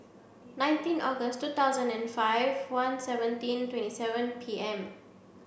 nineteen August two thousand and five one seventeen twenty seven P M